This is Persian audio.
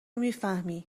میفهمی